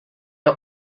are